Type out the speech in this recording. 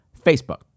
Facebook